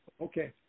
Okay